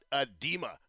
edema